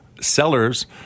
sellers